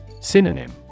Synonym